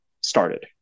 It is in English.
started